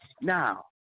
Now